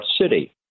city